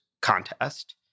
contest